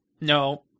No